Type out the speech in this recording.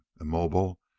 immobile